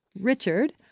Richard